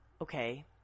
okay